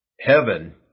heaven